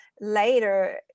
later